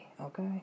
okay